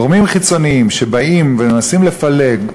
גורמים חיצוניים שבאים ומנסים לפלג,